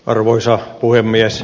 arvoisa puhemies